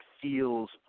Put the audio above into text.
feels